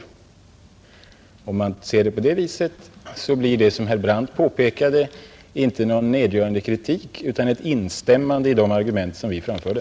Och om man ser saken på det sättet, så blir herr Brandts påpekande inte någon nedgörande kritik av utan ett instämmande i förutsättningarna för de argument som vi framfört.